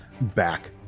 back